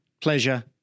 pleasure